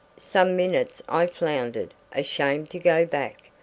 some minutes i floundered, ashamed to go back,